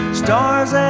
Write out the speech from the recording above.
stars